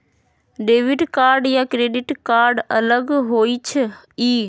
Debit card या credit card अलग होईछ ई?